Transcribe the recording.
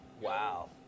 Wow